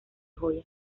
joyas